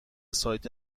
سایت